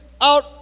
out